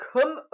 come